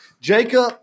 Jacob